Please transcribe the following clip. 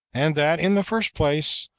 and that, in the first place,